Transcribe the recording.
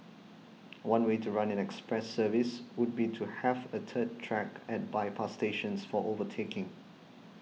one way to run an express service would be to have a third track at by a pass stations for overtaking